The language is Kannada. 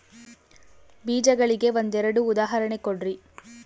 ಬೇಜಗಳಿಗೆ ಒಂದೆರಡು ಉದಾಹರಣೆ ಕೊಡ್ರಿ?